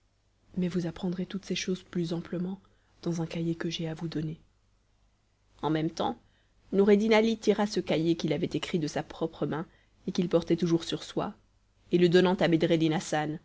mais vous apprendrez toutes ces choses plus amplement dans un cahier que j'ai à vous donner en même temps noureddin ali tira ce cahier qu'il avait écrit de sa propre main et qu'il portait toujours sur soi et le donnant à